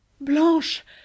Blanche